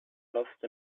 lost